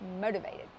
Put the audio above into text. motivated